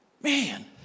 Man